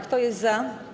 Kto jest za?